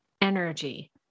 energy